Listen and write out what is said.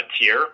tier